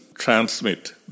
transmit